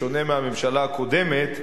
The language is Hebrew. בשונה מהממשלה הקודמת,